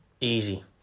Easy